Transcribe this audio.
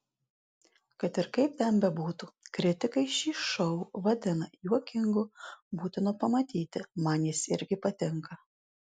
kad ir kaip ten bebūtų kritikai šį šou vadina juokingu būtinu pamatyti man jis irgi patinka